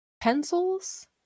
pencils